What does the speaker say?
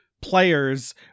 players